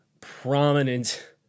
prominent